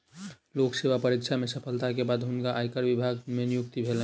लोक सेवा परीक्षा में सफलता के बाद हुनका आयकर विभाग मे नियुक्ति भेलैन